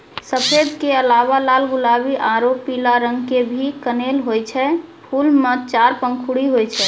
सफेद के अलावा लाल गुलाबी आरो पीला रंग के भी कनेल होय छै, फूल मॅ चार पंखुड़ी होय छै